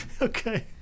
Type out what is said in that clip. Okay